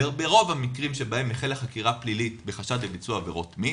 ברוב המקרים בהם החלה חקירה פלילית בחשד לביצוע עבירות מין,